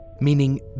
meaning